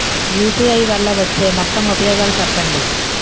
UPI వల్ల వచ్చే మొత్తం ఉపయోగాలు చెప్పండి?